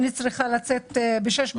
אני צריכה לצאת ב-06:00